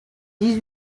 dix